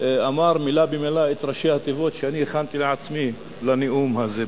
אמר מלה במלה את ראשי התיבות שאני הכנתי לעצמי לנאום הזה.